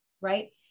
right